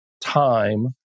time